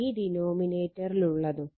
ഈ ഡിനോമിനേറ്ററിലുള്ളതും